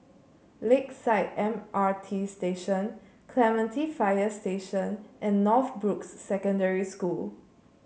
Lakeside M R T Station Clementi Fire Station and Northbrooks Secondary School